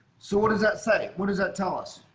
so what does that say what does that tell us